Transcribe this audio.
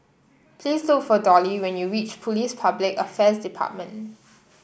please look for Dolly when you reach Police Public Affairs Department